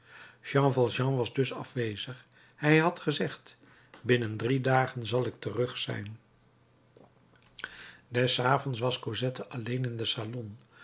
jean valjean was dus afwezig hij had gezegd binnen drie dagen zal ik terug zijn des avonds was cosette alleen in het salon